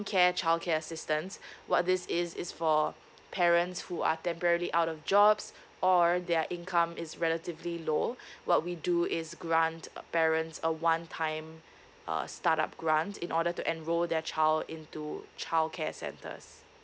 care childcare assistance what this is is for parents who are temporary out of jobs or their income is relatively low what we do is grant uh parents a one time uh start up grant in order to enroll their child into childcare centres